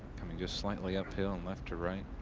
i mean just slightly uphill and left to right.